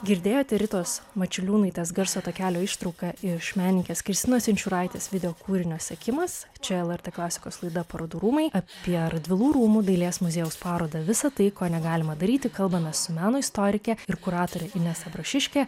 girdėjote ritos mačiuliūnaitės garso takelio ištrauka iš menininkės kristinos inčiūraitės video kūrinio sekimas čia lrt klasikos laida parodų rūmai apie radvilų rūmų dailės muziejaus parodą visa tai ko negalima daryti kalbamės su meno istorike ir kuratore inesa brašiške